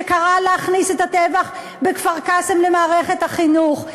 קראה להכניס את הטבח בכפר-קאסם למערכת החינוך.